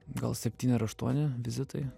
gal septyni ar aštuoni vizitai